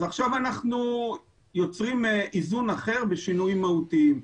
אז עכשיו אנחנו יוצרים איזון אחר בשינויים מהותיים.